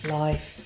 life